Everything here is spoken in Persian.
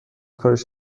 کارش